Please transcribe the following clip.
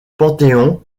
panthéon